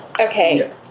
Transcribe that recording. okay